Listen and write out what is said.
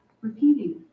Repeating